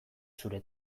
zure